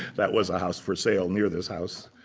that was a house for sale near this house.